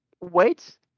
Wait